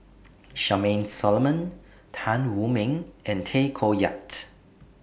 Charmaine Solomon Tan Wu Meng and Tay Koh Yat